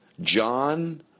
John